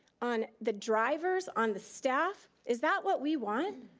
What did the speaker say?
on the drivers, on the staff? is that what we want?